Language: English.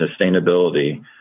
sustainability